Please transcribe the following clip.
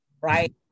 right